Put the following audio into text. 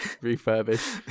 refurbished